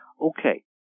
Okay